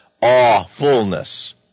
awfulness